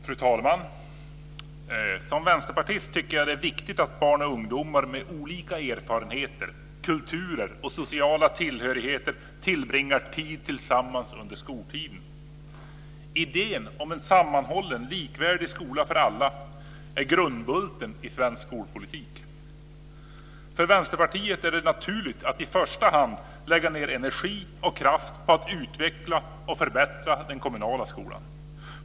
Fru talman! Som vänsterpartist tycker jag att det är viktigt att barn och ungdomar med olika erfarenheter, kulturer och sociala tillhörigheter tillbringar tid tillsammans under skoltiden. Idén om en sammanhållen, likvärdig skola för alla är grundbulten i svensk skolpolitik. För Vänsterpartiet är det naturligt att i första hand lägga ned energi och kraft på att utveckla och förbättra den kommunala skolan.